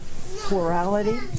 plurality